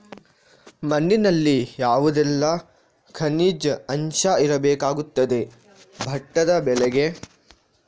ಮಣ್ಣಿನಲ್ಲಿ ಯಾವುದೆಲ್ಲ ಖನಿಜ ಅಂಶ ಇರಬೇಕಾಗುತ್ತದೆ ಭತ್ತದ ಬೆಳೆಗೆ?